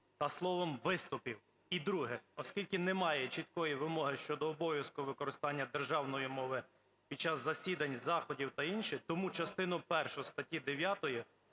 та словом ", виступів". І друге. Оскільки немає чіткої вимоги щодо обов'язку використання державної мови під час засідань, заходів та інших, тому частину першу статті 9